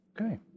Okay